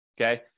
Okay